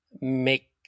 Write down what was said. make